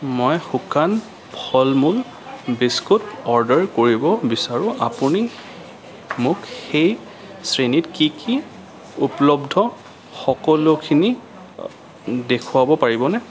মই শুকান ফল মূল বিস্কুট অৰ্ডাৰ কৰিব বিচাৰোঁ আপুনি মোক সেই শ্ৰেণীত কি কি উপলব্ধ সকলোখিনি দেখুৱাব পাৰিবনে